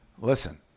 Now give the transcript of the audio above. Listen